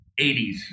80s